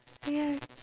ya